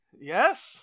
Yes